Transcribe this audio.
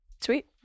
sweet